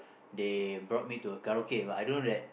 they brought me to Karaoke but I don't know that